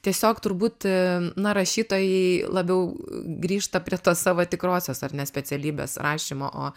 tiesiog turbūt na rašytojai labiau grįžta prie tos savo tikrosios ar ne specialybės rašymo o